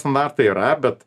standartai yra bet